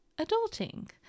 adulting